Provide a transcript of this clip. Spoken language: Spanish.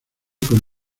con